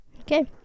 Okay